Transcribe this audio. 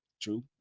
True